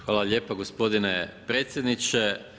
Hvala lijepa gospodine predsjedniče.